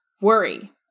worry